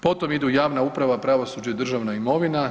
Potom ide javna uprava, pravosuđe i državna imovina.